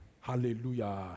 Hallelujah